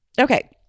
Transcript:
Okay